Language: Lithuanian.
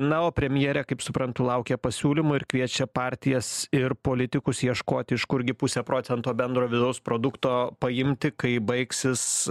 na o premjerė kaip suprantu laukia pasiūlymų ir kviečia partijas ir politikus ieškoti iš kurgi pusę procento bendro vidaus produkto paimti kai baigsis